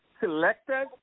selected